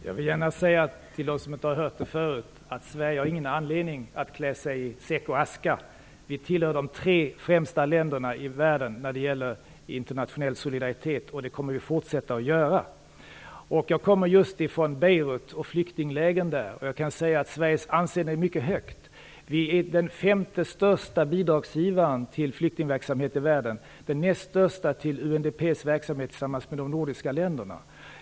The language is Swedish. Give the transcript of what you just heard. Fru talman! Jag vill gärna säga till dem som inte har hört det förut, att Sverige har ingen anledning att klä sig i säck och aska. Vi tillhör de tre främsta länderna i världen när det gäller internationell solidaritet, och det kommer vi att fortsätta att göra. Jag kommer just från Beirut och flyktinglägren där, och jag kan säga att Sveriges anseende är mycket högt. Vi är den femte största bidragsgivaren till flyktingverksamhet i världen, och den näst största till UNDP:s verksamhet tillsammans med de nordiska länderna.